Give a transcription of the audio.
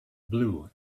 blue